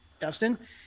Dustin